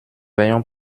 veillon